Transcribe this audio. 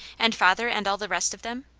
and father and all the rest of them.